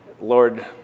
Lord